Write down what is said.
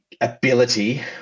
ability